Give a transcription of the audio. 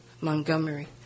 Montgomery